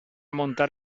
montar